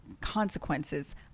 consequences